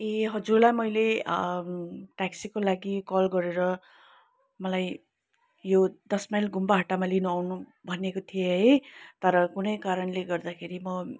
ए हजुरलाई मैले ट्याक्सीको लागि कल गरेर मलाई यो दस माइल गुम्बा हट्टामा लिनु आउनु भनेको थिए है तर कुनै कारणले गर्दाखेरि म